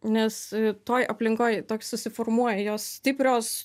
nes toj aplinkoj toks susiformuoja jos stiprios